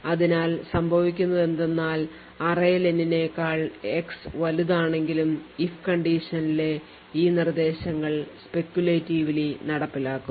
അതിനാൽ സംഭവിക്കുന്നതെന്തെന്നാൽ array len നേക്കാൾ x വലുതാണെങ്കിലും if condition ലെ ഈ നിർദ്ദേശങ്ങൾ speculatively നടപ്പിലാക്കും